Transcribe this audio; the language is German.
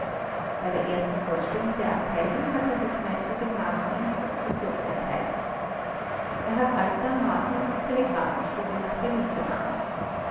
bei der ersten vorstellung der abteilung hat der rittmeister dem marten ein großes lob erteilt er hat alsdann marten auf die telegraphenschule nach berlin gesandt